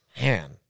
Man